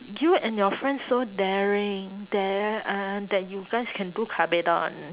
you and your friend so daring dar~ uh that you guys can do kabedon